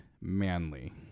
manly